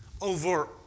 over